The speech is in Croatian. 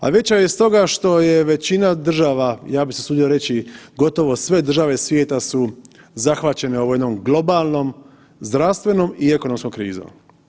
A veća je stoga što je većina država, ja bih se usudio reći gotovo sve države svijeta su zahvaćene ovom jednom globalnom zdravstvenom i ekonomskom krizom.